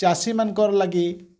ଚାଷୀ ମାନଙ୍କର୍ ଲାଗି